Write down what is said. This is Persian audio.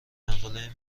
مقاله